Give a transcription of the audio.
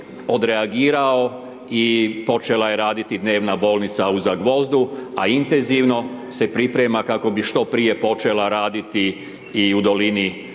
odreagirao i počela je raditi dnevna bolnica u Zagvozdu, a intenzivno se priprema kako bi što prije počela raditi i u dolini Neretve,